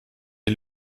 die